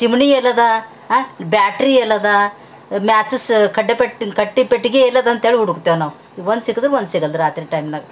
ಚಿಮಣಿ ಎಲ್ಲದ ಬ್ಯಾಟ್ರಿ ಎಲ್ಲದ ಮ್ಯಾಚಸ್ಸ ಕಡ್ಡಿ ಪಟ್ಟಿ ಕಡ್ಡಿ ಪೆಟ್ಟಿಗೆ ಎಲ್ಲದಂಥೇಳಿ ಹುಡುಕ್ತೇವೆ ನಾವು ಒಂದು ಸಿಕ್ಕಿದ್ರೆ ಒಂದು ಸಿಗಲ್ಲ ರಾತ್ರಿ ಟೈಮ್ನಾಗ